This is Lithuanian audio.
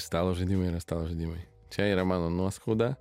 stalo žaidimai yra stalo žaidimai čia yra mano nuoskauda